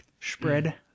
Spread